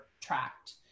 tracked